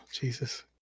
Jesus